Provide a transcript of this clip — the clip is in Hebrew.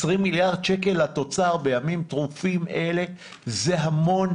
20 מיליארד שקל לתוצר בימים טרופים אלה זה המון